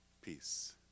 peace